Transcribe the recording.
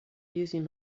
using